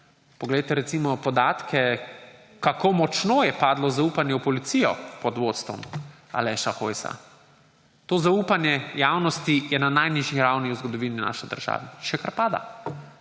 poglejte recimo podatke, kako močno je padlo zaupanje v policijo pod vodstvom Aleša Hojsa. To zaupanje javnosti je na najnižji ravni naše države. Še kar pada.